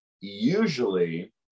usually